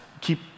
Keep